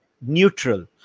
neutral